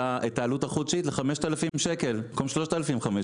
העלות החודשית ל-5,000 שקל במקום 3,500,